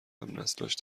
همنسلانش